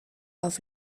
auf